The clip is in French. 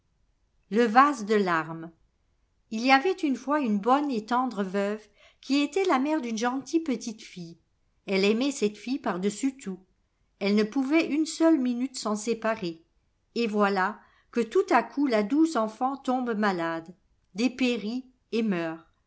le vase de larmes il y avait une fois une bonne et tendre veuve qui était la mère d'une gentille petite tille elle aimait cette tille par-dessus tout elle ne pouvait une seule minute s'en séparer et voilà que tout à coup la douce enfant tombe malade dépérit et meurt